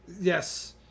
yes